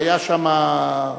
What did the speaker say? והיה שם,